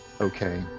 okay